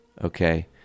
okay